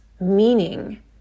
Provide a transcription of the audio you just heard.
meaning